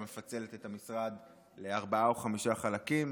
מפצלת את המשרד לארבעה או חמישה חלקים,